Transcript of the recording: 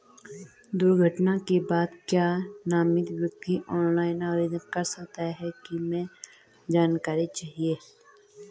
दुर्घटना के बाद क्या नामित व्यक्ति ऑनलाइन आवेदन कर सकता है कैसे जानकारी चाहिए?